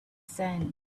sand